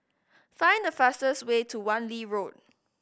find the fastest way to Wan Lee Road